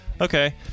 Okay